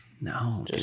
No